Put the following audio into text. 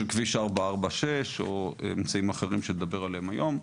של כביש 446 או אמצעים אחרים שנדבר עליהם היום.